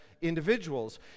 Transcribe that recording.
individuals